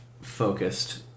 focused